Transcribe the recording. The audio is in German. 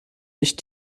nicht